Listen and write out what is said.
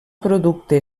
producte